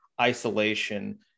isolation